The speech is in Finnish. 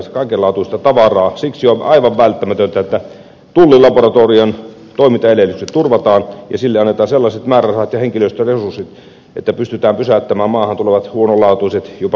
siksi on aivan välttämätöntä että tullilaboratorion toimintaedellytykset turvataan ja sille annetaan sellaiset määrärahat ja henkilöstöresurssit että pystytään pysäyttämään maahan tulevat huonolaatuiset jopa myrkylliset ruokaerät